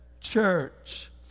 church